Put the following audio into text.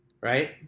right